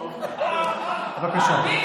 טוב שאת אומרת "היו".